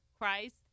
Christ